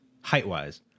height-wise